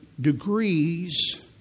degrees